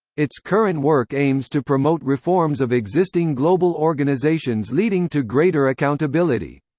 its current work aims to promote reforms of existing global organizations leading to greater accountability.